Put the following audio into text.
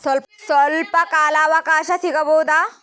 ಸ್ವಲ್ಪ ಕಾಲ ಅವಕಾಶ ಸಿಗಬಹುದಾ?